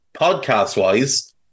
Podcast-wise